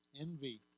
Envy